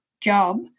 job